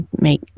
make